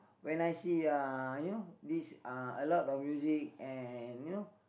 when I see uh you know this uh a lot of music and you know